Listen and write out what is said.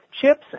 chips